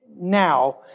now